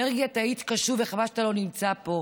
מרגי היית קשוב, וחבל שאתה לא נמצא פה,